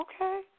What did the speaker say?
Okay